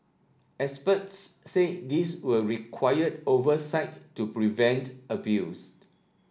experts say this will require oversight to prevent abused